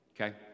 okay